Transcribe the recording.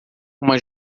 uma